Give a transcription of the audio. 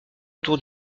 autour